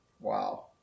Wow